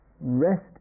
rest